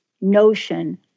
notion